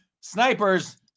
snipers